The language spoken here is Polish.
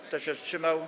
Kto się wstrzymał?